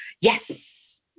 yes